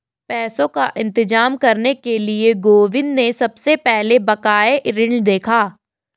पैसों का इंतजाम करने के लिए गोविंद ने सबसे पहले बकाया ऋण देखा